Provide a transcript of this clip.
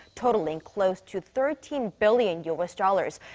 totalling close to thirteen billion u s. dollars.